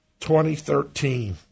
2013